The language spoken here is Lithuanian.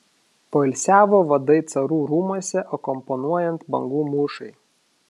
poilsiavo vadai carų rūmuose akompanuojant bangų mūšai